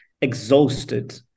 exhausted